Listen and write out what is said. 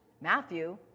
matthew